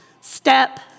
step